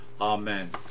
amen